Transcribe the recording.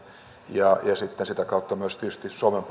ja sitä kautta tietysti myös suomen